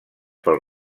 pel